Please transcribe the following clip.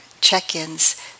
check-ins